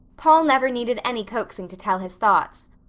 paul never needed any coaxing to tell his thoughts.